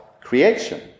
creation